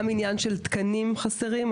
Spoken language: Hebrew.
גם עניין של תקנים חסרים,